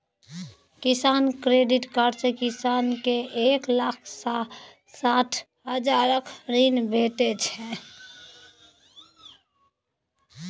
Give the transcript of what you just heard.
किसान credit card सँ किसान केँ एक लाख साठि हजारक ऋण भेटै छै